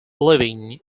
living